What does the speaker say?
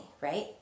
right